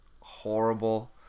horrible